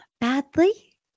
badly